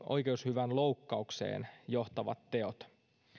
oikeushyvän loukkaukseen johtavat teot